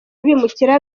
abimukira